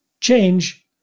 change